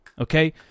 okay